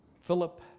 Philip